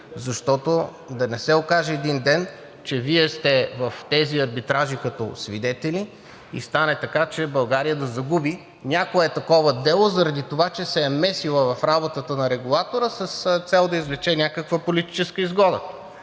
защото да не се окаже един ден, че Вие в тези арбитражи сте като свидетели и стане така, че България да загуби някое такова дело заради това, че се е месила в работата на регулатора с цел да извлече някаква политическа изгода.